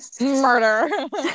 murder